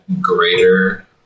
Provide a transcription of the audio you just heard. greater